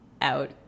out